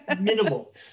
minimal